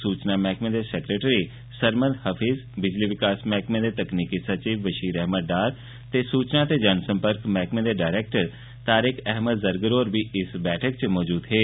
सूचना मैह्कमे दे सैक्रेटरी सरमद हफीज़ बिजली विकास मैह्कमे दे तकनीकी सचिव बशीर अहमद डार ते सूचना ते जन सम्पर्क मैहकमे दे डरैक्टर तारिक अहमद ज़रगर होर बी मीटिंग च मौजूद हे